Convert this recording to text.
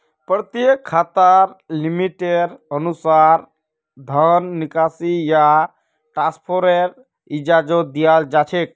प्रत्येक खाताक लिमिटेर अनुसा र धन निकासी या ट्रान्स्फरेर इजाजत दीयाल जा छेक